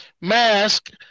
mask